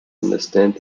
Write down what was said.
understand